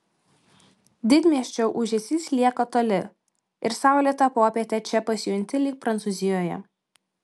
didmiesčio ūžesys lieka toli ir saulėtą popietę čia pasijunti lyg prancūzijoje